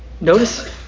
notice